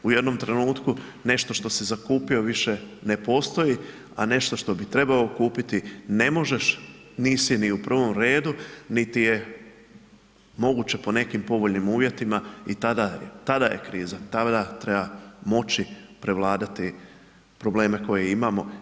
U jednom trenutku nešto što si zakupio više ne postoji a nešto što bi trebao kupiti ne možeš, nisi ni u prvom redu niti je moguće po nekim povoljnim uvjetima i tada je kriza, tada treba moći prevladati probleme koje imamo.